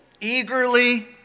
eagerly